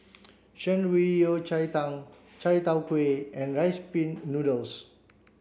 Shan Rui Yao Cai Tang Chai Tow Kuay and rice pin noodles